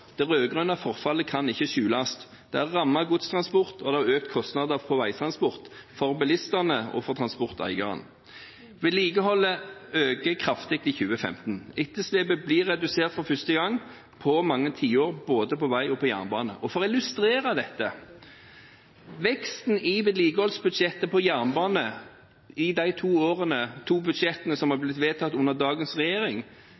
Det rød-grønne forfallet kan ikke skjules. Det har rammet godstransport, og det har økt kostnader for veitransport – for bilistene og for transporteierne. Vedlikeholdet øker kraftig i 2015. Etterslepet blir redusert for første gang på mange tiår, både på vei og på jernbane. For å illustrere dette: Veksten i jernbanevedlikeholdet i de to budsjettene som har